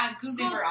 Google